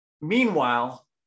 Meanwhile